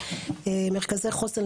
מרכזי חוסן,